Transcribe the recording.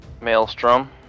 Maelstrom